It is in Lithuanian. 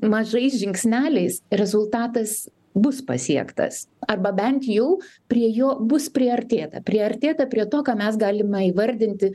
mažais žingsneliais rezultatas bus pasiektas arba bent jau prie jo bus priartėta priartėta prie to ką mes galima įvardinti